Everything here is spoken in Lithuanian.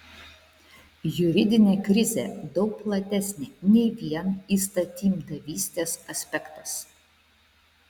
juridinė krizė daug platesnė nei vien įstatymdavystės aspektas